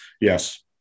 yes